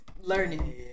learning